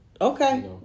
Okay